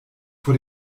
vor